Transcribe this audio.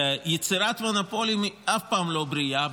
יצירת מונופול היא אף פעם לא בריאה,